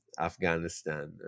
afghanistan